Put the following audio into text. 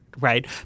right